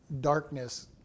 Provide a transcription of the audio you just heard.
darkness